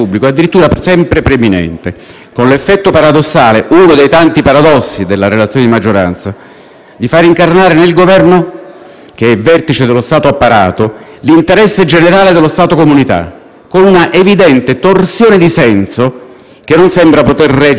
di far incarnare nel Governo, che è il vertice dello Stato-apparato, l'interesse generale dello Stato-comunità, con una evidente torsione di senso che non sembra di poter reggere a un esame appena attento della lettera e dello spirito della legge costituzionale n.1